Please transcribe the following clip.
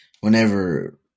whenever